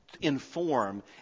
inform